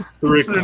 three